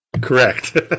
Correct